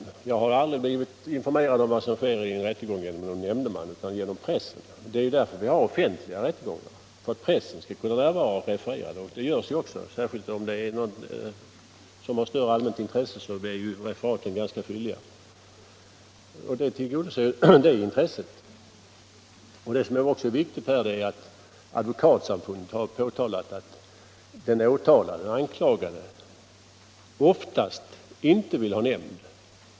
Men jag har då aldrig blivit informerad om vad som sker i en rättegång av en nämndeman, utan av pressen. Vi har ju offentliga rättegångar för att pressen skall kunna närvara och referera, och det gör den ju också. Speciellt om rättegången har stort allmänt intresse blir referaten ganska fylliga. På detta sätt tillgodoses informationsintresset. Advokatsamfundet har påtalat att den anklagade oftast inte vill ha nämnd.